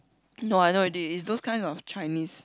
no I know already is those kind of Chinese